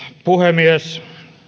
puhemies